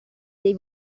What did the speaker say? dei